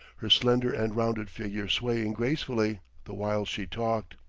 her slender and rounded figure swaying gracefully, the while she talked.